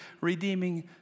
redeeming